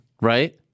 right